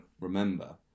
remember